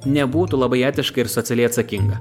nebūtų labai etiška ir socialiai atsakinga